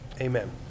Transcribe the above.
Amen